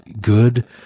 good